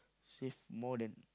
save more than